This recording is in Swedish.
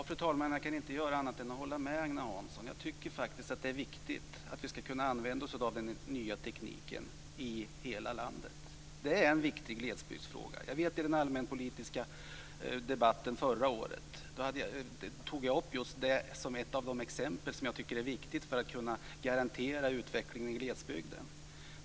Fru talman! Jag kan inte göra annat än hålla med Agne Hansson. Jag tycker faktiskt att det är viktigt att den nya tekniken ska kunna användas i hela landet. Det är en viktig glesbygdsfråga. I den allmänpolitiska debatten förra året tog jag upp just detta som ett av de exempel på sådant som är viktigt för att kunna garantera utvecklingen i glesbygden.